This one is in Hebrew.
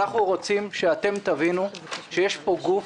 אנחנו רוצים שאתם תבינו שיש פה גוף